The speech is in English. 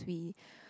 we